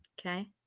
Okay